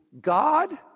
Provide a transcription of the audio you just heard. God